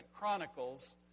Chronicles